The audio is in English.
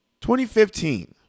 2015